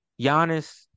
Giannis